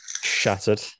Shattered